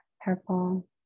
purple